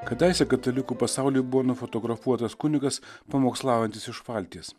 kadaise katalikų pasauly buvo nufotografuotas kunigas pamokslaujantis iš valties